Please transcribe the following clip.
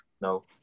No